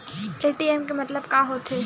ATM के मतलब का होथे?